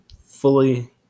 fully